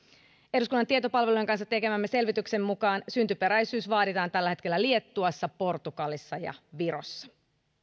eduskunnan tietopalvelun kanssa tekemämme selvityksen mukaan syntyperäisyys vaaditaan tällä hetkellä liettuassa portugalissa ja virossa